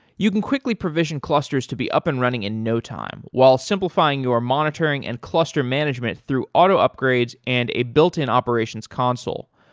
you can quickly provision clusters to be up and running in no time while simplifying your monitoring and cluster management through auto upgrades and a built-in operations console.